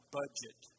budget